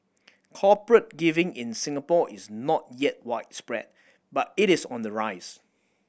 corporate giving in Singapore is not yet widespread but it is on the rise